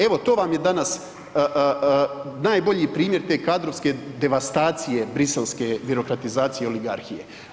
Evo, to vam je danas najbolji primjer te kadrovske devastacije briselske birokratizacije i oligarhije.